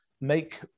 Make